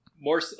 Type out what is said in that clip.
More